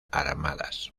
armadas